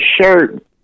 shirt